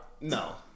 No